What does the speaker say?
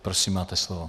Prosím, máte slovo.